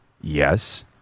Yes